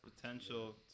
potential